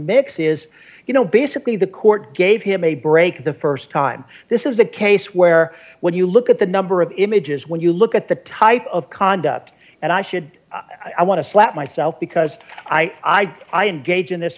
mix is you know basically the court gave him a break the st time this is a case where when you look at the number of images when you look at the type of conduct and i should i want to slap myself because i i i engage in this